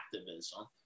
activism